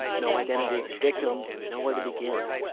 no identity of the victim, nowhere to begin